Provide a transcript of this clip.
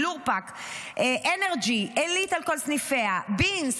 לורפק, אנרג'י, עלית על כל סניפיה, בינס.